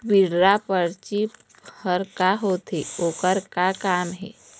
Withdraw परची हर का होते, ओकर का काम हे?